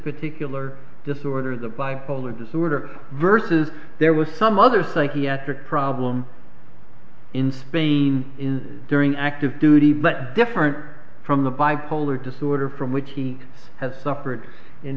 particular disorder the bipolar disorder versus there was some other psychiatric problem in spain is during active duty but different from the bipolar disorder from which he has suffered in